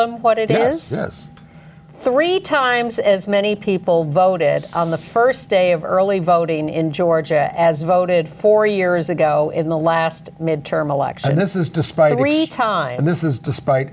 them what it is three times as many people voted on the first day of early voting in georgia as voted four years ago in the last midterm election and this is despite every time and this is despite